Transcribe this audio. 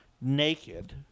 naked